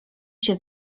się